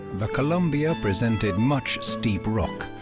the columbia presented much steep rock,